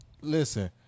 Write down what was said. Listen